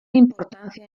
importancia